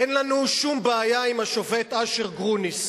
אין לנו שום בעיה עם השופט אשר גרוניס.